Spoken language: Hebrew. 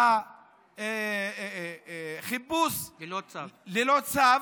חיפוש ללא צו,